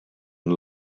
and